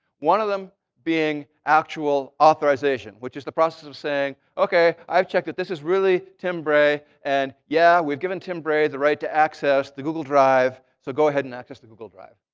one of them being actual authorization, which is the process of saying, ok, i checked that this is really tim bray. and, yeah, we've given tim bray the right to access the google drive. so go ahead and access the google drive.